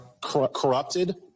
corrupted